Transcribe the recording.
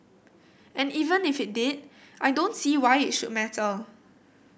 and even if it did I don't see why it should matter